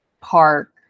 park